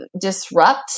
disrupt